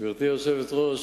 גברתי היושבת-ראש,